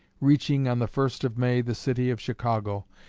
reaching, on the first of may, the city of chicago.